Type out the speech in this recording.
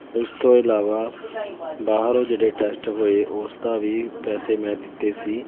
ਉਸ ਤੋਂ ਇਲਾਵਾ ਬਾਹਰੋਂ ਜਿਹੜੇ ਟੈਸਟ ਹੋਏ ਉਸ ਦਾ ਵੀ ਪੈਸੇ ਮੈਂ ਦਿੱਤੇ ਸੀ